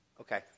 Okay